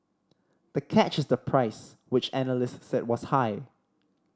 the catch is the price which analysts said was high